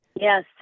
Yes